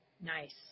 Nice